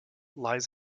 lies